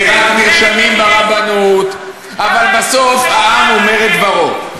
ורק נרשמים ברבנות, אבל בסוף העם אומר את דברו.